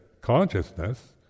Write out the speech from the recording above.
consciousness